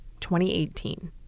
2018